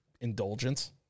indulgence